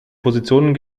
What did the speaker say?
positionen